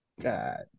god